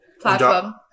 platform